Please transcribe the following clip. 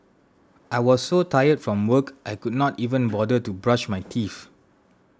I was so tired from work I could not even bother to brush my teeth